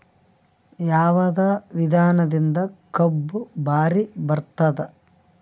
ಯಾವದ ವಿಧಾನದಿಂದ ಕಬ್ಬು ಭಾರಿ ಬರತ್ತಾದ?